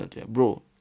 bro